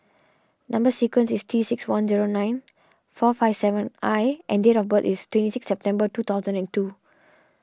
Number Sequence is T six one zero nine four five seven I and date of birth is twenty six September two thousand and two